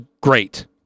great